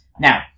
Now